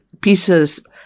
pieces